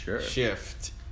shift